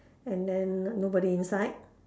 and then nobody inside